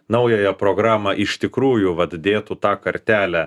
naująją programą iš tikrųjų vat dėtų tą kartelę